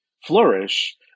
flourish